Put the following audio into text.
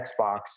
Xbox